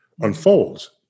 unfolds